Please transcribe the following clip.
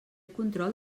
control